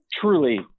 truly